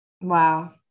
Wow